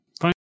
fine